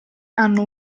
hanno